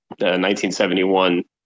1971